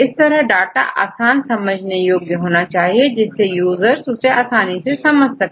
इस तरह डाटा आसान और समझने योग्य होना चाहिए जिससे यूजर उसे आसानी से समझ सके